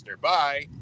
bye